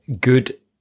good